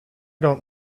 don’t